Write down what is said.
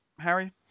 Harry